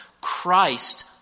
Christ